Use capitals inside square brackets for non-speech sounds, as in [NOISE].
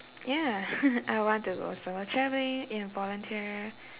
ya [LAUGHS] I want to go solo travelling and volunteer